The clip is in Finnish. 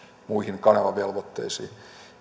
muihin kanavavelvoitteisiin